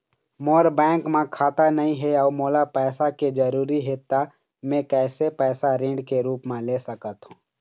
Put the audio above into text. मोर bank म खाता नई हे अउ मोला पैसा के जरूरी हे त मे कैसे पैसा ऋण के रूप म ले सकत हो?